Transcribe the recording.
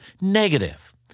negative